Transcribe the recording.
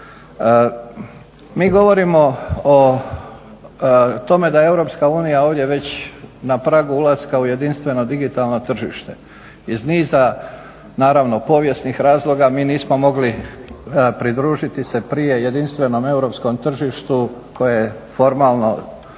Mi govorimo o tome da je EU ovdje već na pragu ulaska u jedinstveno digitalno tržište. Iz niza naravno povijesnih razloga mi nismo mogli pridružiti se prije jedinstvenom europskom tržištu koje formalno